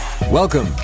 Welcome